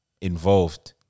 involved